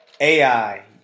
AI